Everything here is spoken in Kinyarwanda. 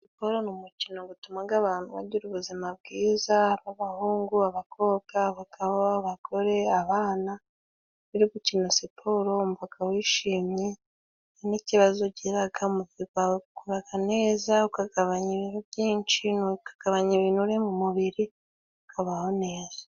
Siporo ni umukino gutumaga abantu bagira ubuzima bwiza, b' abahungu, abakobwa, abagabo, abagore, abana. Iyo uri gukina siporo wumvaga wishimye n'ikibazo ugiraga, umubiri gwawe gukuraga neza, ukagabanya ibiro byinshi, ukagabanya ibinure mu mubiri, ukabaho neza.